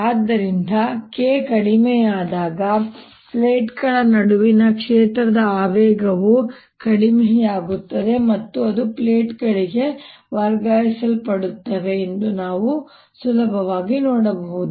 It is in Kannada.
ಆದ್ದರಿಂದ k ಕಡಿಮೆಯಾದಾಗ ಪ್ಲೇಟ್ಗಳ ನಡುವಿನ ಕ್ಷೇತ್ರದ ಆವೇಗವು ಕಡಿಮೆಯಾಗುತ್ತದೆ ಮತ್ತು ಅದು ಪ್ಲೇಟ್ಗಳಿಗೆ ವರ್ಗಾಯಿಸಲ್ಪಡುತ್ತದೆ ಎಂದು ನಾವು ಸುಲಭವಾಗಿ ನೋಡಬಹುದು